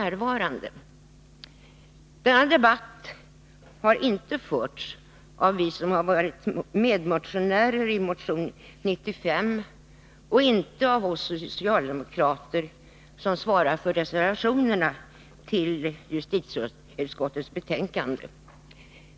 Denna debatt har inte förts av oss som har varit medmotionärer beträffande motion 95 och inte heller av oss socialdemokrater som svarar för reservationerna vid justitieutskottets betänkande.